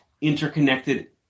interconnected